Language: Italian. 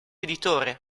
editore